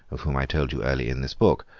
of whom i told you early in this book,